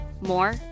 More